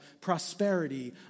prosperity